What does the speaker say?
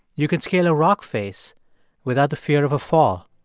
you can scale a rock face without the fear of a fall.